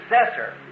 successor